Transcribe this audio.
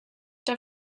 der